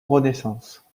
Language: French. renaissance